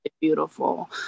beautiful